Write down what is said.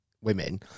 women